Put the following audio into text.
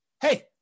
hey